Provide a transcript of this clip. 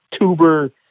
Tuber